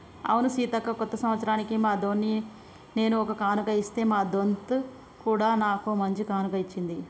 అవును సీతక్క కొత్త సంవత్సరానికి మా దొన్కి నేను ఒక కానుక ఇస్తే మా దొంత్ కూడా నాకు ఓ మంచి కానుక ఇచ్చింది